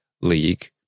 league